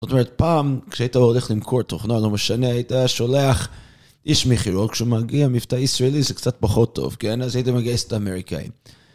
זאת אומרת, פעם כשהיית הולך למכור תוכנה, לא משנה, הייתה שולח איש מכירות, כשהוא מגיע עם מבטא ישראלי זה קצת פחות טוב, כן? אז היית מגיע עם מבטא אמריקאי.